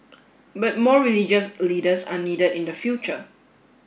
but more religious leaders are needed in the future